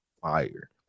fire